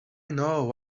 know